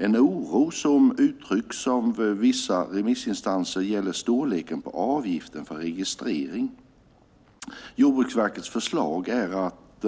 En oro som uttryckts av vissa remissinstanser gäller storleken på avgiften för registrering. Jordbruksverkets förslag är att